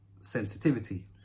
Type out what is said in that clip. sensitivity